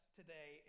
today